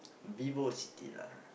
VivoCity lah